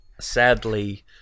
sadly